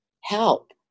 help